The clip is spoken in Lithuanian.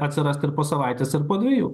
atsirast ir po savaitės ar po dviejų